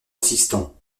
assistant